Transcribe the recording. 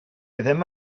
ddim